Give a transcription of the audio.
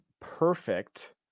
perfect